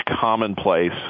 commonplace